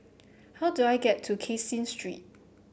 how do I get to Caseen Street